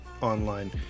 online